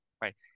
right